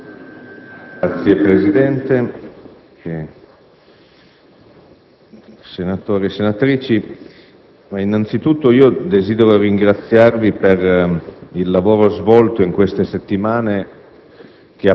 Signor Presidente, onorevoli senatori e senatrici, innanzitutto desidero ringraziarvi per il lavoro svolto in queste settimane